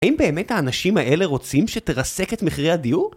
האם באמת האנשים האלה רוצים שתרסק את מחירי הדיור?